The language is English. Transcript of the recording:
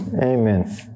Amen